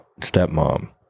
stepmom